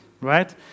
right